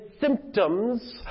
symptoms